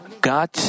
God